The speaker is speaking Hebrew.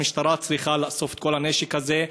המשטרה צריכה לאסוף את כל הנשק הזה.